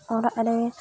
ᱚᱲᱟᱜ ᱨᱮ